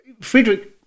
Friedrich